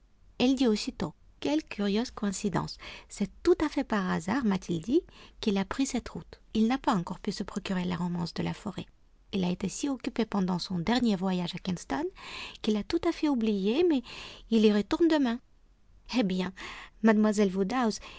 elle dit aussitôt quelle curieuse coïncidence c'est tout à fait par hasard m'a-t-il dit qu'il a pris cette route il n'a pas encore pu se procurer la romance de la forêt il a été si occupé pendant son dernier voyage à kingston qu'il a tout à fait oublié mais il y retourne demain eh bien